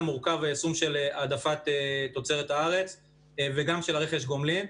מורכב היישום של העדפת תוצרת הארץ וגם של רכש הגומלין.